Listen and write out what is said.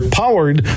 powered